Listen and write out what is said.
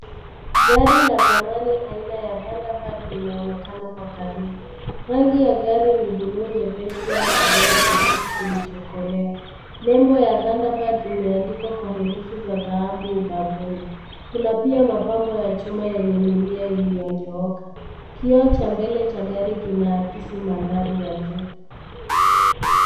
Gari la zamani aina ya Thunderbird linaonekana kwa karibu. Rangi ya gari ni bluu nyepesi au kijani kibichi kilichokolea. Nembo ya Thunderbird imeandikwa kwa herufi za dhahabu ubavuni. Kuna pia mapambo ya chuma yenye milia iliyonyooka. Kioo cha mbele cha gari kinaakisi mandhari ya jua.